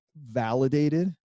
validated